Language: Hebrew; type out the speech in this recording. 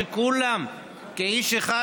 שכולם כאיש אחד,